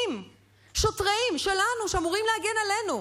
שוטרים שלנו, שאמורים להגן עלינו.